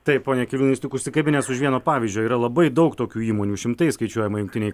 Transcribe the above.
taip pone jūs tik užsikabinęs už vieno pavyzdžio yra labai daug tokių įmonių šimtais skaičiuojama jungtinėj